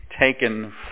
taken